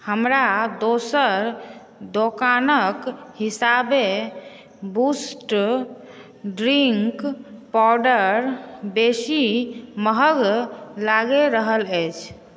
हमरा दोसर दोकानक हिसाबेँ बूस्ट ड्रिङ्क पाउडर बेसी महग लागि रहल अछि